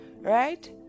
right